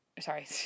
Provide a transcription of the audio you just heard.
Sorry